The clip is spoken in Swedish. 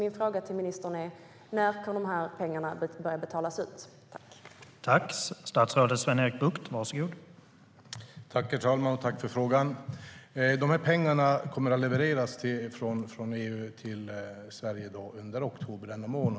När kommer dessa pengar att börja betalas ut, landsbygdsministern?